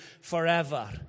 forever